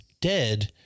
dead